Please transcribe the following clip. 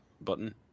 button